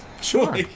Sure